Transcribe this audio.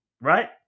right